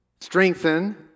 strengthen